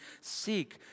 seek